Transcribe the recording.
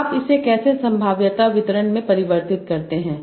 अब आप इसे कैसे संभाव्यता वितरण में परिवर्तित करते हैं